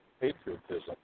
patriotism